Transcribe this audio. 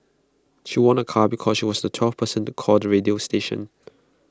she won A car because she was the twelfth person to call the radio station